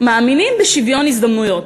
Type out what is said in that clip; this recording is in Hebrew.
מאמינים בשוויון הזדמנויות,